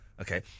Okay